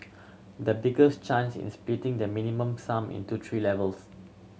the biggest change is splitting the Minimum Sum into three levels